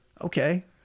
Okay